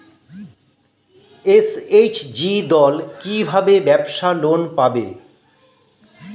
SHG দল কী ভাবে ব্যাবসা লোন পাবে?